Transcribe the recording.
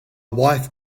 wife